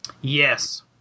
Yes